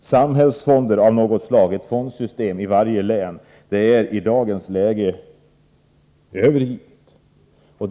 samhällsfonder av något slag, ett fondsystem i varje län, är i dagens läge övergiven.